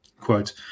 Quote